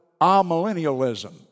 amillennialism